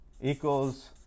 Equals